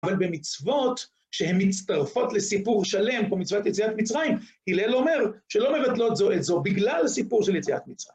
אבל במצוות שהן מצטרפות לסיפור שלם, כמו מצוות יציאת מצרים, הלל אומר שלא מבטלות זו את זו בגלל הסיפור של יציאת מצרים.